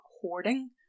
hoarding